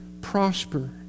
prosper